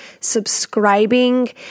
subscribing